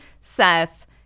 Seth